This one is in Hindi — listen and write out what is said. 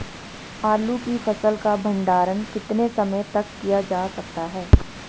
आलू की फसल का भंडारण कितने समय तक किया जा सकता है?